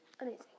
amazing